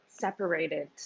separated